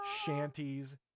shanties